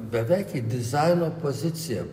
beveik į dizaino poziciją